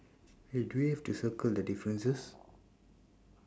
wait do we have to circle the differences